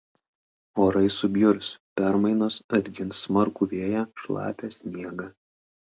orai subjurs permainos atgins smarkų vėją šlapią sniegą